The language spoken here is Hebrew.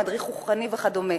מדריך רוחני וכדומה.